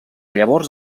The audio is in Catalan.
llavors